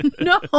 No